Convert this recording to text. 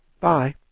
Bye